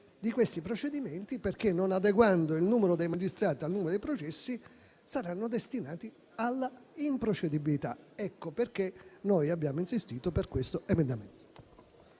di questi procedimenti perché, non adeguando il numero dei magistrati al numero dei processi, saranno destinati alla improcedibilità. Ecco perché noi abbiamo insistito per questo emendamento.